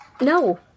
No